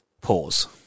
Pause